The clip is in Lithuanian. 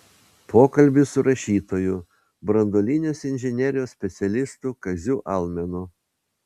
pokalbis su rašytoju branduolinės inžinerijos specialistu kaziu almenu